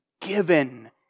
given